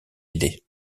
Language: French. idée